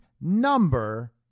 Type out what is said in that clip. number